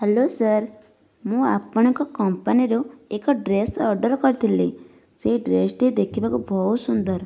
hello sir ମୁଁ ଆପଣଙ୍କ company ରୁ ଏକ ଡ୍ରେସ ଅର୍ଡର କରିଥିଲି ସେ ଡ୍ରେସ ଟି ଦେଖିବାକୁ ବହୁତ ସୁନ୍ଦର